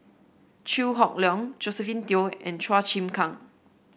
Chew Hock Leong Josephine Teo and Chua Chim Kang